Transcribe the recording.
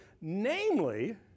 Namely